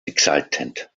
exultant